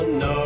no